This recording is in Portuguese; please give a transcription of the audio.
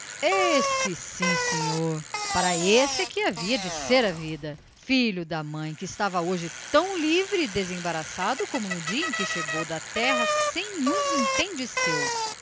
esse sim senhor para esse é que havia de ser a vida filho da mãe que estava hoje tão livre e desembaraçado como no dia em que chegou da terra sem um vintém de seu